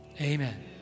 Amen